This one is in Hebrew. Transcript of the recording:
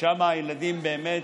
לשם הילדים באמת,